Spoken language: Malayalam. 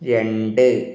രണ്ട്